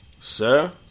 Sir